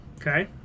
Okay